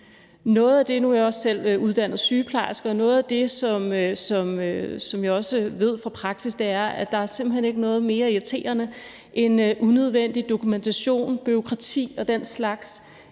noget af det, som jeg også ved fra praksis, er, at der simpelt hen ikke er noget mere irriterende end unødvendig dokumentation, bureaukrati og den slags